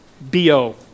bo